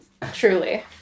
Truly